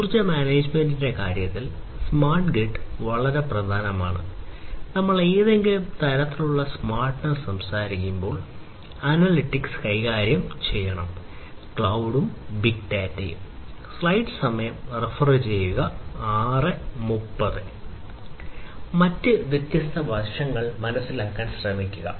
ഊർജ്ജ മാനേജ്മെന്റിന്റെ കാര്യത്തിൽ സ്മാർട്ട് ഗ്രിഡ് മറ്റ് വ്യത്യസ്ത വശങ്ങൾ മനസ്സിലാക്കാൻ ശ്രമിക്കുക